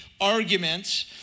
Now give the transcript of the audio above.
arguments